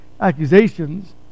accusations